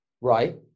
Right